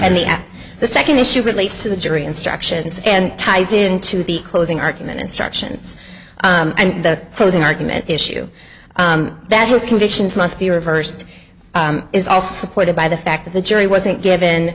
and the at the second issue relates to the jury instructions and ties into the closing argument instructions and the closing argument issue that has conditions must be reversed is also supported by the fact that the jury wasn't given